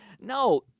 No